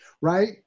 right